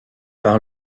par